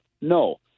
No